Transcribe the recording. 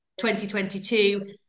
2022